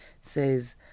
says